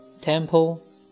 Temple